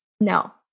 No